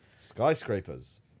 Skyscrapers